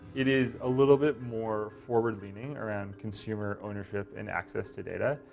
it is a little bit more forward-leaning around consumer ownership and access to data.